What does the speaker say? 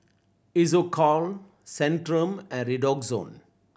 Isocal Centrum and Redoxon